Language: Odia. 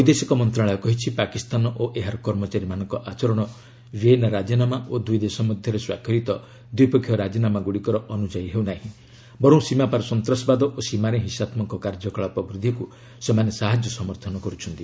ବୈଦେଶିକ ମନ୍ତ୍ରଣାଳୟ କହିଛି ପାକିସ୍ତାନ ଓ ଏହାର କର୍ମଚାରୀମାନଙ୍କ ଆଚରଣ ଭିଏନା ରାଜିନାମା ଓ ଦୁଇଦେଶ ମଧ୍ୟରେ ସ୍ୱାକ୍ଷରିତ ଦ୍ୱିପକ୍ଷୀୟ ରାଜିନାମାଗୁଡ଼ିକର ଅନୁଯାୟୀ ହେଉନାହିଁ ବରଂ ସୀମାପାର ସନ୍ତାସବାଦ ଓ ସୀମାରେ ହିଂସାତ୍ମକ କାର୍ଯ୍ୟକଳାପ ବୃଦ୍ଧିକୁ ସେମାନେ ସାହାଯ୍ୟ ସମର୍ଥନ କରୁଚ୍ଛନ୍ତି